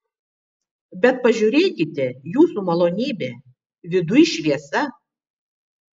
bet pažiūrėkite jūsų malonybe viduj šviesa